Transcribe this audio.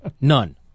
None